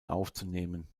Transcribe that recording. aufzunehmen